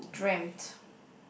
dreamt